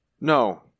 No